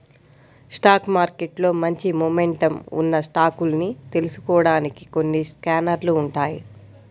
stock మార్కెట్లో మంచి momentum ఉన్న స్టాకుల్ని తెలుసుకోడానికి కొన్ని స్కానర్లు ఉంటాయ్